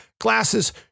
glasses